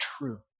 true